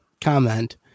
comment